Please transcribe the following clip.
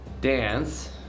Dance